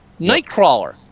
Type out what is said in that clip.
Nightcrawler